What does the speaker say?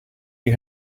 you